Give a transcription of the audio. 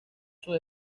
sus